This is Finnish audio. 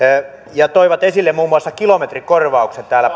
ja toivat esille muun muassa kilometrikorvaukset täällä